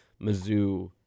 Mizzou